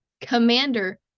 commander